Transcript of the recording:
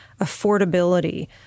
affordability